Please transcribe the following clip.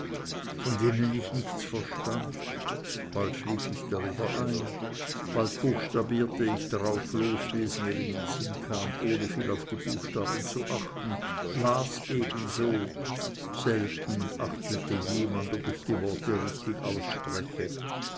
von denen ich nichts verstund bald schlief ich darüber ein bald buchstabierte ich darauf los wie es mir in sinn kam ohne viel auf die buchstaben zu achten las ebenso selten achtete jemand ob ich die worte richtig ausspreche